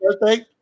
birthday